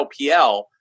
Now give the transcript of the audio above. LPL